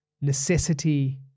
necessity